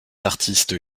artistes